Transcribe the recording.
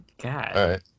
God